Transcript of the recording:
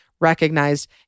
recognized